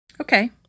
Okay